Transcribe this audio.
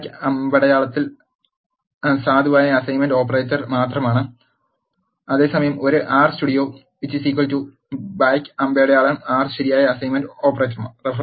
R back അമ്പടയാളത്തിൽ സാധുവായ assignment operator മാത്രമാണ് അതേസമയം ഒരു R സ്റ്റുഡിയോ ബാക്ക് അമ്പടയാളം R ശരിയായ അസൈൻമെന്റ് ഓപ്പറേറ്റർമാർ